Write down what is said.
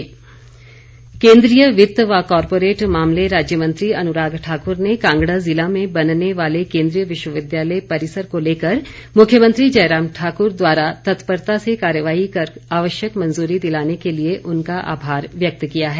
अनुराग ठाकुर केंद्रीय वित्त व कॉरपोरेट मामले राज्य मंत्री अनुराग ठाकुर ने कांगड़ा जिला में बनने वाले केंद्रीय विश्वविद्यालय परिसर को लेकर मुख्यमंत्री जयराम ठाक्र द्वारा तत्परता से कार्यवाही कर आवश्यक मंजूरी दिलाने के लिए उनका आभार व्यक्त किया है